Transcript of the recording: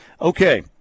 Okay